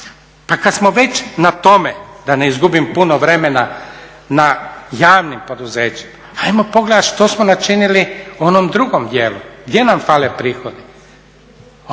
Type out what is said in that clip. Pa kad smo već na tome da ne izgubim puno vremena na javnim poduzećima, hajmo pogledati što smo načinili u onom drugom dijelu, gdje nam fale prihodi,